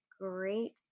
great